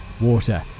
water